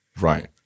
Right